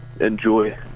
enjoy